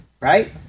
right